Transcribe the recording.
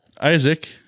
Isaac